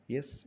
Yes